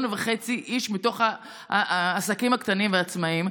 וחצי איש בתוך העסקים הקטנים והעצמאיים,